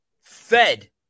fed